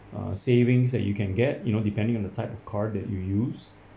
uh savings that you can get you know depending on the type of card that you use